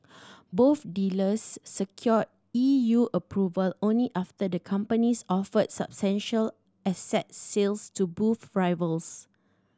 both deals secured E U approval only after the companies offered substantial asset sales to boost rivals